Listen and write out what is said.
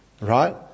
Right